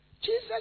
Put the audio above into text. Jesus